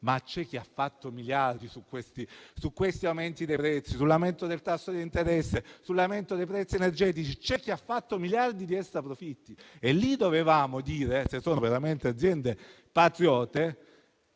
ma c'è chi ha fatto miliardi su questi aumenti dei prezzi, sull'aumento dei tassi d'interesse e sull'aumento dei prezzi energetici; c'è chi ha fatto miliardi di extraprofitti e a loro dovevamo dire, se sono veramente aziende patriote: